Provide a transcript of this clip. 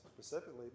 specifically